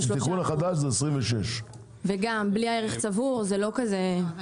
בתיקון החדש זה 26. וגם בלי הערך צבור זה לא כזה --- לא,